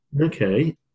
Okay